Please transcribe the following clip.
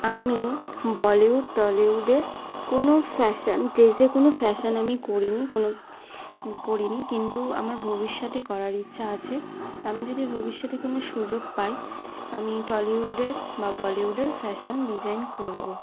আমি বলিউড টলিউডের কোনো ফ্যাশন ড্রেসে কোনো ফ্যাশন আমি করিনি কোনো করিনি কিন্তু আমার ভবিষ্যতে করার ইচ্ছা আছে আমি যদি ভবিষ্যতে কোনো সুযোগ পাই আমি টলিউডের বা বলিউডের ফ্যাশন ডিজাইন করব